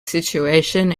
situation